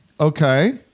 Okay